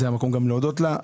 זה המקום להודות לה.